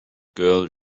girl